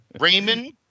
Raymond